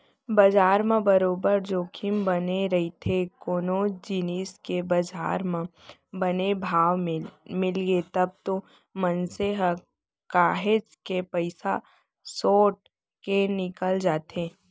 बजार म बरोबर जोखिम बने रहिथे कोनो जिनिस के बजार म बने भाव मिलगे तब तो मनसे ह काहेच के पइसा सोट के निकल जाथे